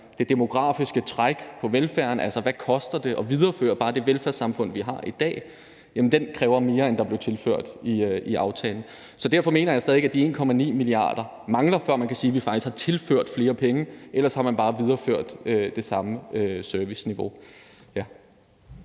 det demografiske træk på velfærden, altså hvad det koster at videreføre bare det velfærdssamfund, vi har i dag, kræver mere, end der blev tilført i aftalen. Så derfor mener jeg stadig væk, at de 1,9 mia. kr. mangler, før man kan sige, at vi faktisk har tilført flere penge. For ellers har man bare videreført det samme serviceniveau.